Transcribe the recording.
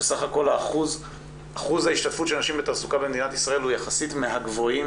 שסך הכל אחוז ההשתתפות של נשים בתעסוקה במדינת ישראל הוא יחסית מהגבוהים